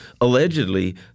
allegedly